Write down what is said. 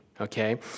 Okay